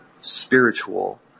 spiritual